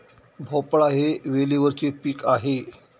भोपळा हे वेलीवरचे पीक आहे